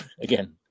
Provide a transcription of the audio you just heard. again